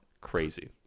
Crazy